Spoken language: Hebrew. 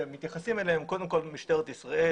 מתייחסים אליהם זה קודם כל משטרת ישראל,